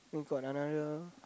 you got another